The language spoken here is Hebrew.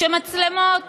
שמצלמות